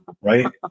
right